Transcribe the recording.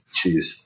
Jeez